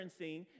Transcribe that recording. referencing